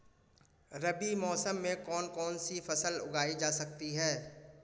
रबी मौसम में कौन कौनसी फसल उगाई जा सकती है?